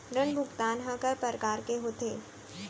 ऋण भुगतान ह कय प्रकार के होथे?